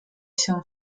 się